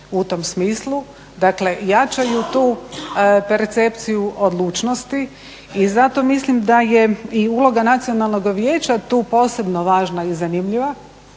u tom smislu. Dakle, jačaju tu percepciju odlučnosti. I zato mislim da je i uloga Nacionalnog vijeća tu posebno važna i zanimljiva